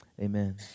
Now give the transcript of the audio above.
Amen